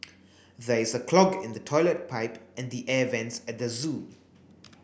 there is a clog in the toilet pipe and the air vents at the zoo